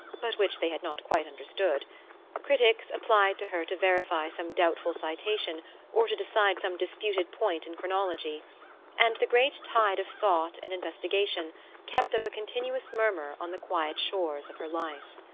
but which they had not quite understood critics applied to her to verify some doubtful citation or to decide some disputed point in chronology and the great tide of thought and investigation kept up a continuous murmur on the quiet shores of her life.